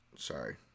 sorry